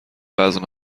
وزن